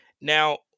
Now